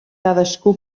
cadascú